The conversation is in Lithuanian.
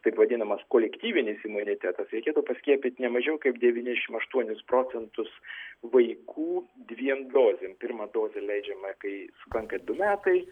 taip vadinamas kolektyvinis imunitetas reikėtų paskiepyt ne mažiau kaip devyniasdešimt aštuonis procentus vaikų dviem dozėm pirma dozė leidžiama kai sukanka du metai